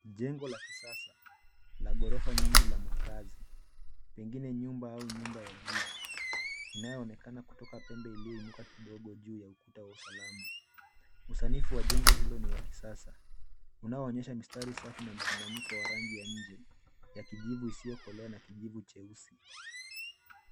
Jengo la kisasa la ghorofa nyingi la makazi pengine nyumba au nyumba ya jiji inayoonekana kutoka pembe iliyoinuka kidogo juu ya ukuta wa usalama. Usanifu wa jengo hilo ni wa kisasa unaoonyesha mistari safi na mchanganyiko wa rangi ya nje ya kijivu isiyo kolea na kijivu cheusi.